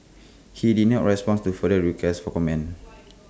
he did not respond to further requests for comment